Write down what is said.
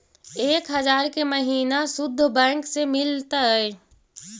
एक हजार के महिना शुद्ध बैंक से मिल तय?